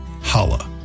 holla